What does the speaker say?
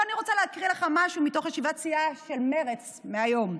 אבל אני רוצה להקריא לך משהו מתוך ישיבת סיעה של מרצ מהיום.